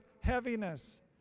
heaviness